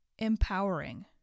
empowering